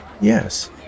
Yes